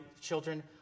children